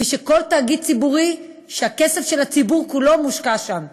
כמו כל תאגיד ציבורי שהכסף של הציבור כולו מושקע בו.